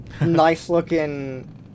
nice-looking